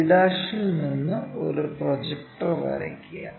b' ൽ നിന്ന് ഒരു പ്രൊജക്ടർ വരയ്ക്കുക